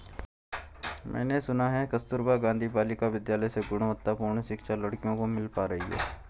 मैंने सुना है कि कस्तूरबा गांधी बालिका विद्यालय से गुणवत्तापूर्ण शिक्षा लड़कियों को मिल पा रही है